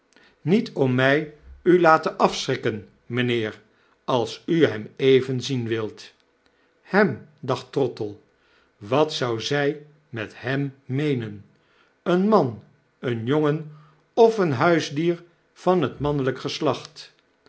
niet om my u laten afschrikken mijnheer als u hem even zien wilt hem dacht trottle wat zou zij met hem meenen een man een jongen of een huisdier van het manneljjk geslacht